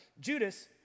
Judas